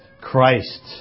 Christ